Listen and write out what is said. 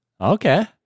Okay